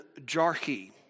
Jarkey